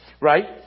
right